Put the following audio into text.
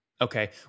Okay